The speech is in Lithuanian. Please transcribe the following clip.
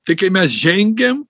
tai kai mes žengiam